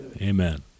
Amen